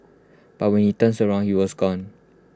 but when he turns around he was gone